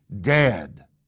dead